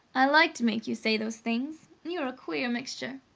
i like to make you say those things! you're a queer mixture!